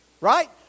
right